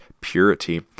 purity